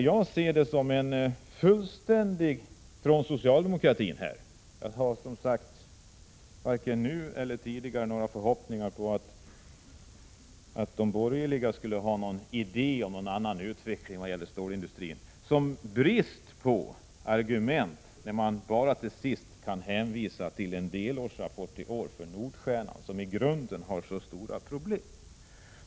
Jag ser det som en fullständig brist på argument från socialdemokratin — jag har varken nu eller tidigare haft några förhoppningar om att de borgerliga skulle ha någon idé om någon annan utveckling vad gäller stålindustrin — när man till slut bara kan hänvisa till en delårsrapport för Nordstjernan, som i grunden har så stora problem.